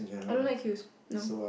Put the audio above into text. I don't like queues no